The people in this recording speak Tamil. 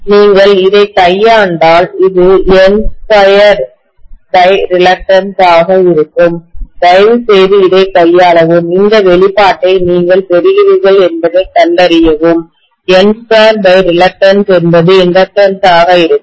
நீங்கள் இதைக் கையாண்டால் இது N2ரிலக்டன்ஸ் ஆக இருக்கும் தயவுசெய்து இதைக் கையாளவும் இந்த வெளிப்பாட்டை நீங்கள் பெறுகிறீர்களா என்பதைக் கண்டறியவும் N2ரிலக்டன்ஸ் என்பது இண்டக்டன்ஸ் ஆக இருக்கும்